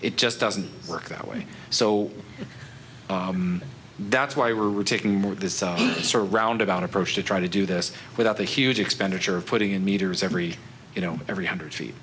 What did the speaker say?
it just doesn't work that way so that's why we're taking more this surround about approach to try to do this without the huge expenditure of putting in meters every you know every hundred feet